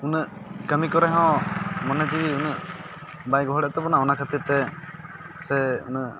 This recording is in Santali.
ᱩᱱᱟᱹᱜ ᱠᱟᱹᱢᱤ ᱠᱚᱨᱮ ᱦᱚᱸ ᱢᱚᱱᱮ ᱡᱤᱣᱤ ᱩᱱᱟᱹᱜ ᱵᱟᱭ ᱜᱚᱦᱚᱲᱮᱫ ᱛᱟᱵᱚᱱᱟ ᱚᱱᱟ ᱠᱷᱟᱹᱛᱤᱨ ᱛᱮ ᱥᱮ ᱚᱱᱟ